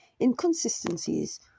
Inconsistencies